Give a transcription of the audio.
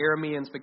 Arameans